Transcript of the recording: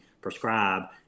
prescribe